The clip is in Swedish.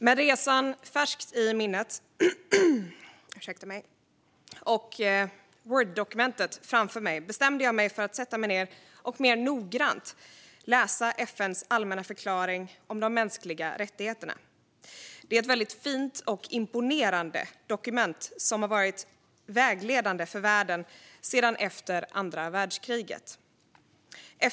Med resan färskt i minnet och ett Word-dokument framför mig bestämde jag mig för att sätta mig ned och mer noggrant läsa FN:s allmänna förklaring om de mänskliga rättigheterna. Det är ett väldigt fint och imponerande dokument som varit vägledande för världen sedan tiden efter andra världskriget.